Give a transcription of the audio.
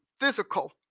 physical